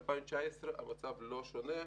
ב-2019 המצב לא שונה,